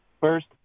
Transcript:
first